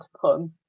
pun